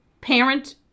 parent